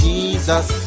Jesus